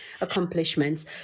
accomplishments